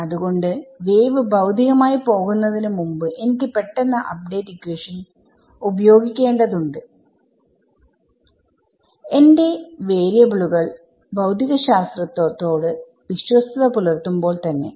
അത്കൊണ്ട് വേവ് ഭൌതികമായി പോകുന്നതിനു മുമ്പ് എനിക്ക് പെട്ടെന്ന് അപ്ഡേറ്റ് ഇക്വേഷൻ ഉപയോഗിക്കേണ്ടതുണ്ട് എന്റെ വാരിയബിളുകൾ ഭൌതികശാസ്ത്രത്തോട് വിശ്വസ്തത പുലർത്തുമ്പോൾ തന്നെ